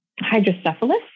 hydrocephalus